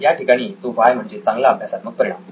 या ठिकाणी तो व्हाय म्हणजे चांगला अभ्यासात्मक परिणाम